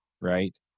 right